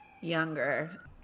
younger